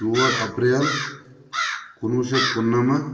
ژور اَپریل کُنوُہ شَتھ کُننَمَتھ